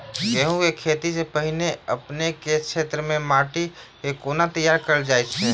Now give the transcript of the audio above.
गेंहूँ केँ खेती सँ पहिने अपनेक केँ क्षेत्र मे माटि केँ कोना तैयार काल जाइत अछि?